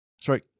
Sorry